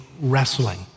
wrestling